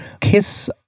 kiss